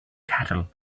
cattle